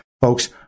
Folks